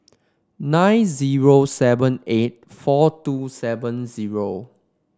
nine zero seven eight four two seven zero